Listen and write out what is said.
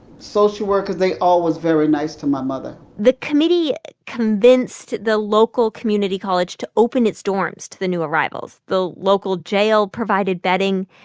social workers. they all was very nice to my mother the committee convinced the local community college to open its dorms to the new arrivals. the local jail provided bedding.